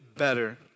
better